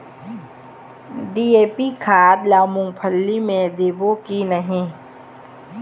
DAP खाद ला मुंगफली मे देबो की नहीं?